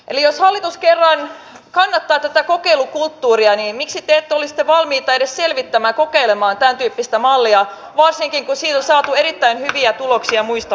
eli jos hallitus kerran kannattaa tätä kokeilukulttuuria niin miksi te ette ole sitten valmiita edes selvittämään ja kokeilemaan tämän tyyppistä mallia varsinkin kun sillä on saatu erittäin hyviä tuloksia muissa maissa